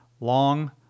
long